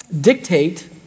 dictate